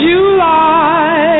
July